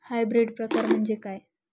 Hybrid प्रकार म्हणजे काय?